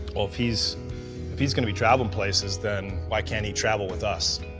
well if he's if he's gonna be traveling places then why can't he travel with us?